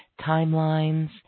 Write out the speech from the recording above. timelines